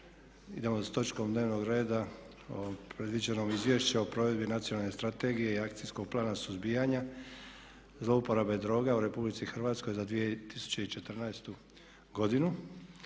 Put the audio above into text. Idemo s točkom dnevnog reda, predviđeno - Izvješće o provedbi Nacionalne strategije i Akcijskog plana suzbijanja zlouporabe droga u Republici Hrvatskoj za 2014. godinu.